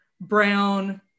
brown